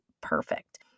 perfect